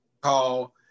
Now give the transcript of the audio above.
call